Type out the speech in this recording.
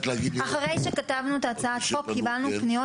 אחרי שכתבנו את הצעת החוק קבלנו פניות